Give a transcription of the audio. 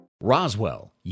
Roswell